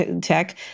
tech